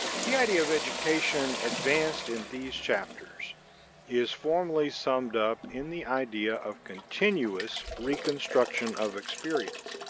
the idea of education advanced in these chapters is formally summed up in the idea of continuous reconstruction of experience,